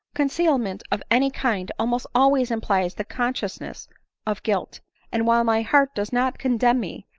concealment of any kind almost always implies the consciousness of guilt and while my heart does not condemn me,